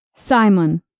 Simon